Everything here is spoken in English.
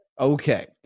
Okay